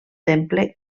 temple